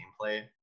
gameplay